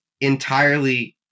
entirely